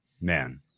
Man